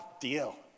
deal